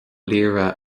laoire